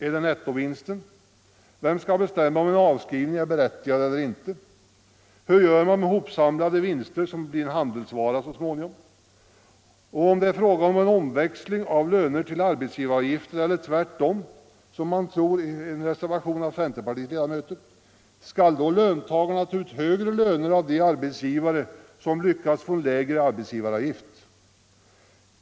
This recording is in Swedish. Är det nettovinsten? Vem skall bestämma om en avskrivning är berättigad eller inte? Hur gör man med hopsamlade vinster som så småningom blir handelsvara? Och om det är fråga om en omväxling av löner till arbetsgivaravgifter eller tvärtom, som man tror i en reservation av centerpartiets ledamöter, skall då löntagarna ta ut högre löner av de arbetsgivare som lyckats få en lägre arbetsgivaravgift?